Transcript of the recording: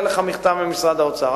יהיה לך מכתב ממשרד האוצר,